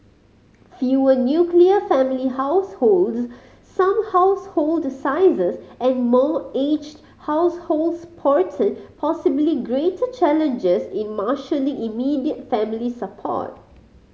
fewer nuclear family households some household sizes and more aged households portend possibly greater challenges in marshalling immediate family support